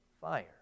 fire